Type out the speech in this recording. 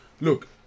look